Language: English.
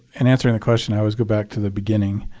in answering the question, i always go back to the beginning,